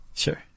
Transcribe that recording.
sure